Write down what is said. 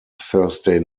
thursday